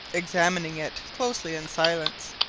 examining it closely, in silence.